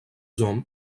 hommes